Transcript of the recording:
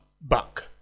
back